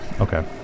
Okay